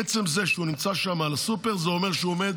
עצם זה שהוא נמצא שם בסופר, זה אומר שהוא עומד